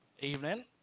Evening